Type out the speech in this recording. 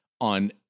on